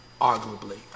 arguably